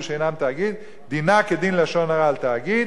שאינם תאגיד דינה כדין לשון הרע על תאגיד,